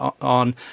on